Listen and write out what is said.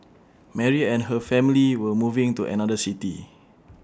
Mary and her family were moving to another city